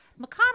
McConnell